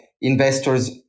investors